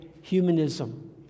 humanism